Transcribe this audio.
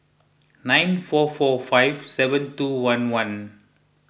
nine four four five seven two one one